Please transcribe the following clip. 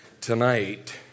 tonight